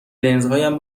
لنزهایم